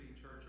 Church